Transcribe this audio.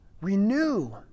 Renew